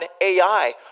AI